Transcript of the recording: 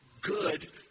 good